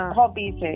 hobbies